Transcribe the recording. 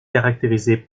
caractérisé